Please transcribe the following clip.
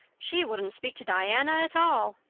she wouldn't speak to diana at all.